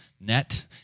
net